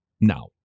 Now